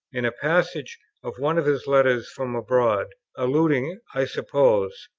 in a passage of one of his letters from abroad, alluding, i suppose,